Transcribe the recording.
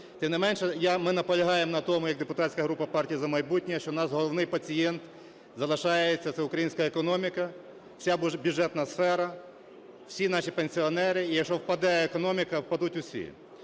Тим не менше, ми наполягаємо на тому як депутатська група "Партія "За майбутнє", що наш головний пацієнт залишається, це українська економіка, вся бюджетна сфера, всі наші пенсіонери. І якщо впаде економіка, впадуть усі.